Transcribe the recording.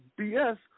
BS